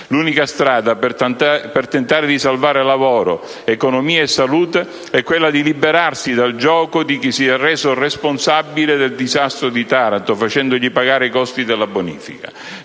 L'unica strada per tentare di salvare lavoro, economia e salute è quella di liberarsi dal gioco di chi si è reso responsabile del disastro di Taranto, facendogli pagare i costi della bonifica.